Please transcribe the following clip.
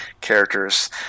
characters